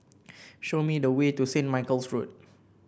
show me the way to Saint Michael's Road